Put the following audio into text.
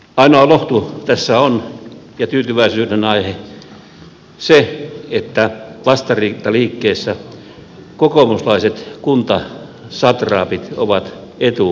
ainoa lohtu ja tyytyväisyyden aihe tässä on se että vastarintaliikkeessä kokoomuslaiset kuntasatraapit ovat eturintamassa